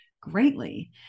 greatly